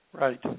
Right